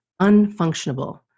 unfunctionable